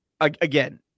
again